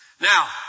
Now